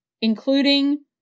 including